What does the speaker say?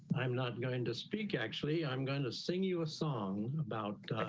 i'm not going to speak. actually, i'm going to sing you a song about